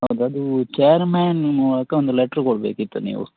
ಹೌದು ಅದು ಚೇರ್ಮ್ಯಾನ್ ಒಂದು ಲೆಟ್ರ್ ಕೊಡಬೇಕಿತ್ತು ನೀವು